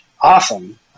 awesome